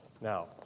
Now